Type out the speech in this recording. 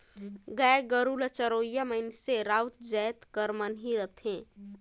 गाय गरू ल चरोइया मइनसे राउत जाएत कर मन ही रहथें